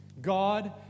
God